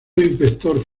inspector